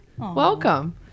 Welcome